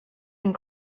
and